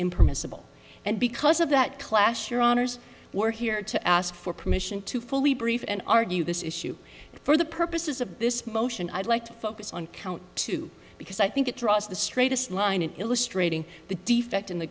impermissible and because of that class your honors were here to ask for permission to fully brief and argue this issue for the purposes of this motion i'd like to focus on count two because i think it draws the straightest line in illustrating the defect in the